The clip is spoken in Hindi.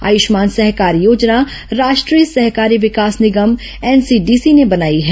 आयुष्मान सहकार योजना राष्ट्रीय सहकारी विकास निगम एनसीडीसी ने बनाई है